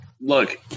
Look